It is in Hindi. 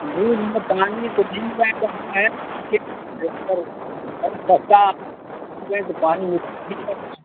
दूध में पानी तो नहीं मिलाया जाता है पर तो पानी नहीं पड़ता है